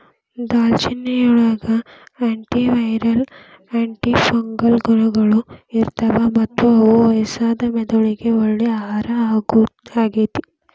ದಾಲ್ಚಿನ್ನಿಯೊಳಗ antiviral, antifungal ಗುಣಗಳು ಇರ್ತಾವ, ಮತ್ತ ಇದು ವಯಸ್ಸಾದ ಮೆದುಳಿಗೆ ಒಳ್ಳೆ ಆಹಾರ ಆಗೇತಿ